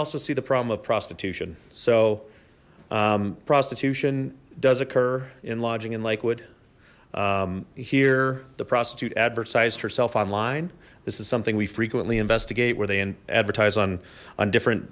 also see the problem of prostitution so prostitution does occur in lodging in lakewood here the prostitute advertised herself online this is something we frequently investigate where they advertise on on different